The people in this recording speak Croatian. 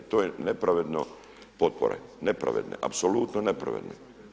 To je nepravedno potpore, nepravedne, apsolutno nepravedne.